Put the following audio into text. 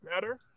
better